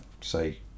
say